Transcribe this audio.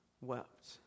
wept